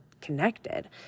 connected